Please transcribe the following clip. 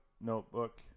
notebook